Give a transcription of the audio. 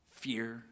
Fear